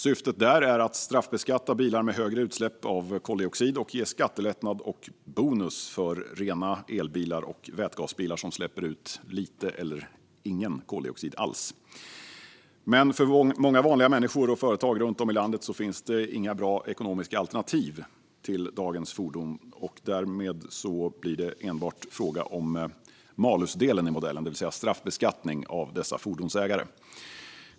Syftet är att straffbeskatta bilar med högre utsläpp av koldioxid och ge skattelättnad och bonus för rena elbilar och vätgasbilar som släpper ut lite eller ingen koldioxid. Men för många vanliga människor och företag runt om i landet finns det inga bra ekonomiska alternativ till dagens fordon. Därmed blir det enbart fråga om malus-delen i modellen, det vill säga straffbeskattning av dessa fordonsägare.